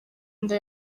inda